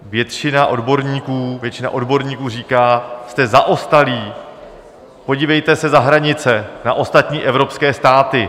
Většina odborníků, většina odborníků říká: Jste zaostalí, podívejte se za hranice na ostatní evropské státy.